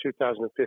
2015